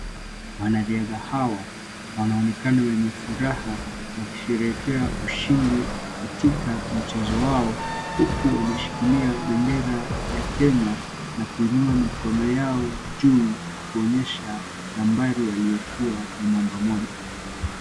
Wanariadha hawa wanaonekana wenye furaha wakisheherekea ushindi katika mchezo wao huku wameshikilia bendera ya Kenya na kuinua mikono yao juu kuonyesha nambari waliokuwa ni namba moja.